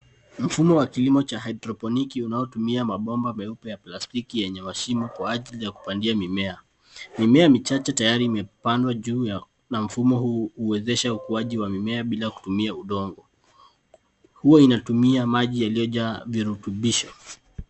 Mfumo wa kilimo cha haidroponiki unaotumia mabomba meupe ya plastiki yenye mashimo kwa ajili ya kupandia mimea. Mimea michache tayari imepandwa juu na mfumo huu huwezesha ukuaji wa mimea bila kutumia udongo. Huwa inatumia maji iliyojaa virutubisho.